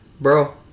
Bro